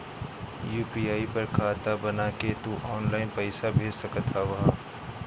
UPI पर खाता बना के तू ऑनलाइन पईसा भेज सकत हवअ